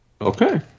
Okay